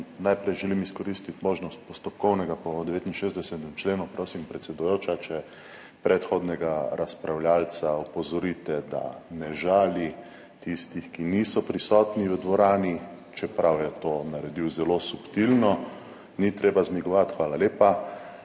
Najprej želim izkoristiti možnost postopkovnega po 69. členu. Prosim, predsedujoča, če predhodnega razpravljavca opozorite, da ne žali tistih, ki niso prisotni v dvorani, čeprav je to naredil zelo subtilno - ni treba zmigovati, hvala lepa